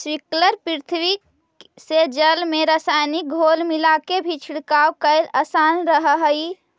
sprinkler पद्धति से जल में रसायनिक घोल मिलाके भी छिड़काव करेला आसान रहऽ हइ